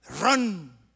run